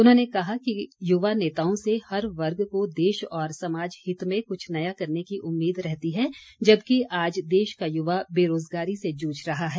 उन्होंने कहा कि युवा नेताओं से हर वर्ग को देश और समाज हित में कुछ नया करने की उम्मीद रहती है जबकि आज देश का युवा बेरोजगारी से जूझ रहा है